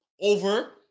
Over